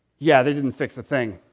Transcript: yeah, they didn't fix the thing.